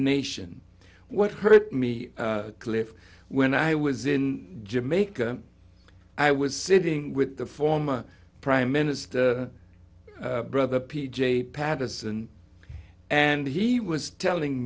nation what hurt me cliff when i was in jamaica i was sitting with the former prime minister brother p j patterson and he was telling